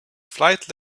flight